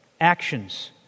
actions